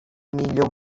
millor